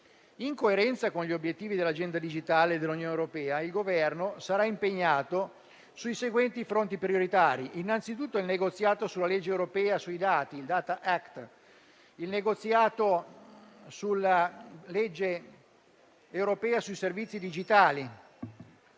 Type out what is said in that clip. In coerenza con gli obiettivi dell'agenda digitale dell'Unione europea, il Governo sarà impegnato sui seguenti fronti prioritari: innanzitutto il negoziato sulla legge europea sui dati (*data act*), il negoziato sulla legge europea sui servizi digitali,